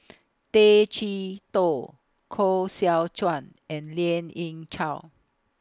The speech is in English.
Tay Chee Toh Koh Seow Chuan and Lien Ying Chow